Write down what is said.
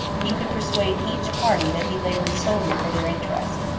he could persuade each party that he labored solely for their interest.